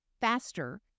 faster